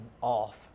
off